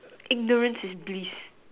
ignorance is bliss